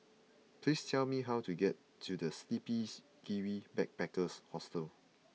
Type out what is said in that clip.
please tell me how to get to The Sleepy Kiwi Backpackers Hostel